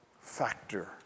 factor